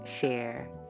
share